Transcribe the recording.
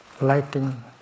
lighting